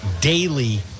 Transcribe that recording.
daily